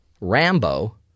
Rambo